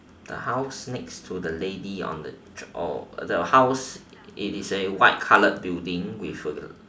the house next to the lady on the oh the house it is a white coloured building with a